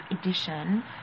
edition